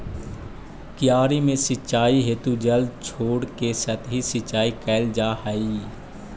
क्यारी में सिंचाई हेतु जल छोड़के सतही सिंचाई कैल जा हइ